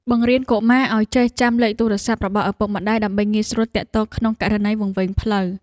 បង្រៀនកុមារឱ្យចេះចាំលេខទូរស័ព្ទរបស់ឪពុកម្តាយដើម្បីងាយស្រួលទាក់ទងក្នុងករណីវង្វេងផ្លូវ។